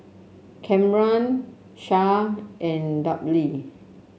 Camren Shae and Dudley